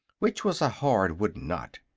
which was a hard wooden knot.